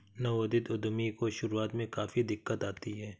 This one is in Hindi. नवोदित उद्यमी को शुरुआत में काफी दिक्कत आती है